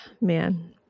Man